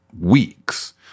weeks